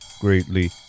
greatly